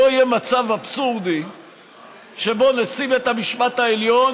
לא יהיה מצב אבסורדי שבו נשיא בית המשפט העליון